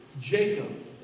Jacob